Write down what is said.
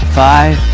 five